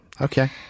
Okay